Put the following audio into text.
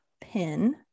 pin